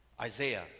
Isaiah